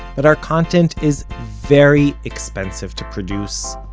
but our content is very expensive to produce,